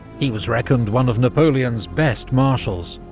he was reckoned one of napoleon's best marshals,